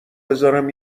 بذارم